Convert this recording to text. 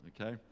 okay